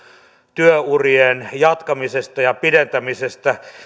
työurien jatkamisesta ja pidentämisestä